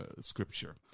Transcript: scripture